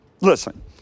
Listen